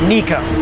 Nico